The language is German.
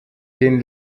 den